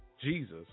Jesus